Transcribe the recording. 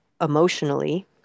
emotionally